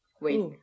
wait